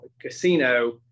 casino